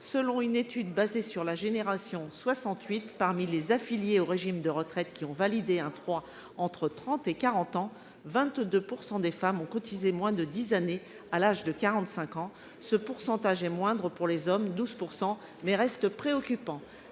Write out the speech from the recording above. Selon une étude basée sur la génération 1968, parmi les affiliés aux régimes de retraite qui ont validé un droit entre 30 et 40 ans, 22 % des femmes ont cotisé moins de dix années à l'âge de 45 ans. Ce pourcentage est moindre pour les hommes- 12 %-, mais il reste préoccupant.